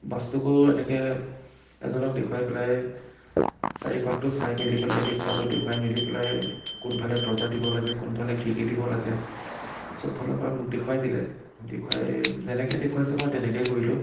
বাস্তুকো এনেকৈ এজনক দেখুৱাই পেলাই চাৰি কাষটো চাই মেলি পেলাই দেখুওৱালোঁ দেখুৱাই মেলি পেলাই কোনফালে দৰ্জা দিব লাগে কোনফালে খিৰিকী দিব লাগে চবফালৰ পৰা মোক দেখুওৱাই দিলে দেখুওৱাই যেনেকৈ দেখুওৱাইছে মই তেনেকেই কৰিলোঁ